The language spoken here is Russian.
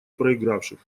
проигравших